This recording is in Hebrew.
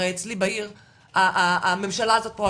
הרי אצלי בעיר הממשלה הזאת פה,